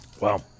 Wow